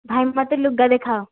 ଭାଇ ମୋତେ ଲୁଗା ଦେଖାଅ